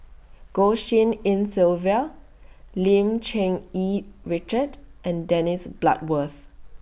Goh Tshin En Sylvia Lim Cherng Yih Richard and Dennis Bloodworth